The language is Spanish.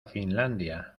finlandia